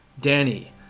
Danny